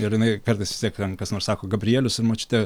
ir jinai kartais vis tiek ten kas nors sako gabrielius močiutė